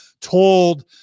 told